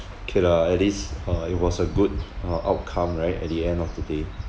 okay lah at least uh it was a good uh outcome right at the end of the day